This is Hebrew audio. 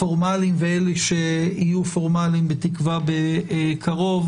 הפורמאליים ואלה שיהיו פורמאליים בתקווה בקרוב,